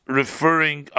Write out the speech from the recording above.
referring